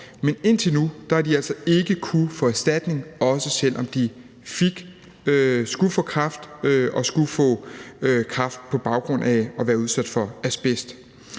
Men indtil nu har de altså ikke kunnet få erstatning, også selv om de skulle få kræft, fordi de havde været udsat for asbest.